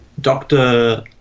doctor